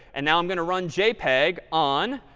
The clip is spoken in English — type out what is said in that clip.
and now i'm going to run jpeg on